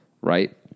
right